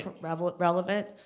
relevant